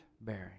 bearing